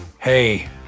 Hey